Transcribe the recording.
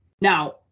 Now